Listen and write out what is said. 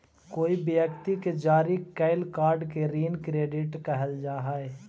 कोई व्यक्ति के जारी कैल कार्ड के ऋण क्रेडिट कहल जा हई